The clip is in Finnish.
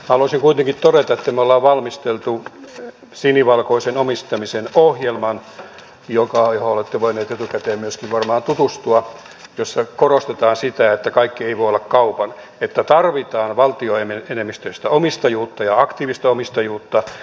haluaisin kuitenkin todeta että me olemme valmistelleet sinivalkoisen omistamisen ohjelman johonka olette myöskin varmaan voinut etukäteen tutustua ja jossa korostetaan sitä että kaikki ei voi olla kaupan ja että tarvitaan valtioenemmistöistä omistajuutta ja aktiivista omistajuutta